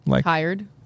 Tired